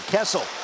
Kessel